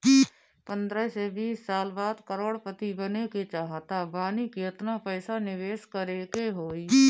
पंद्रह से बीस साल बाद करोड़ पति बने के चाहता बानी केतना पइसा निवेस करे के होई?